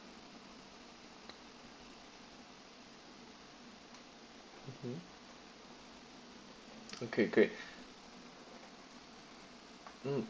mmhmm okay great mm